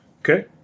Okay